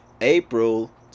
april